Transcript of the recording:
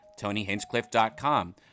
TonyHinchcliffe.com